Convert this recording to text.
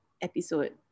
episode